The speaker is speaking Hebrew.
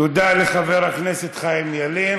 תודה לחבר הכנסת חיים ילין.